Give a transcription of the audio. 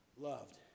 loved